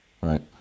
Right